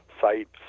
sites